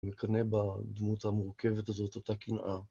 לקנא בדמות המורכבת הזאת אותה קנאה.